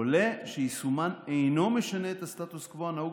עולה שיישומם אינו משנה את הסטטוס קוו הנהוג